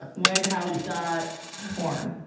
but whitehouse dot porn.